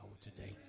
today